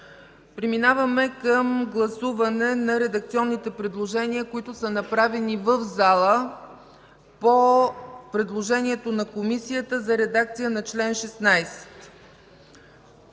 Преминаваме към гласуване на редакционните предложения, направени в залата по предложение на Комисията, за редакция на чл. 16.